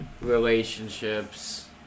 relationships